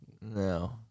No